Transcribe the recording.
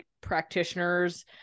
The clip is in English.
practitioners